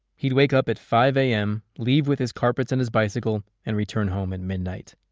he'd wake up at five am, leave with his carpets and his bicycle, and return home at midnight.